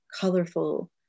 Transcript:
colorful